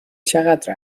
چقدر